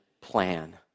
plan